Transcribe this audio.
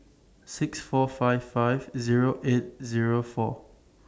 six four five five Zero eight Zero four